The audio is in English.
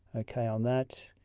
okay on that.